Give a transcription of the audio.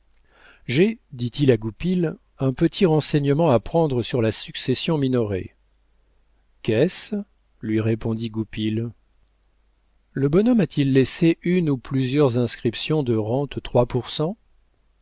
j'ai dit-il à goupil un petit renseignement à prendre sur la succession minoret qu'est-ce lui répondit goupil le bonhomme a-t-il laissé une ou plusieurs inscriptions de rentes trois pour cent